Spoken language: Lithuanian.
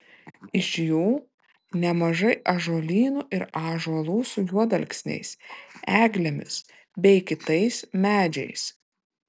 iš jų nemažai ąžuolynų ir ąžuolų su juodalksniais eglėmis bei kitais medžiais